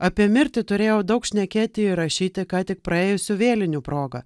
apie mirtį turėjau daug šnekėti ir rašyti ką tik praėjusių vėlinių proga